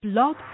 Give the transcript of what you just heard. Blog